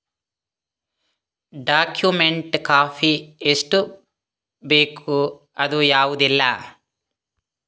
Document copy ಎಷ್ಟು ಬೇಕು ಅದು ಯಾವುದೆಲ್ಲ?